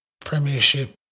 Premiership